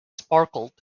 sparkled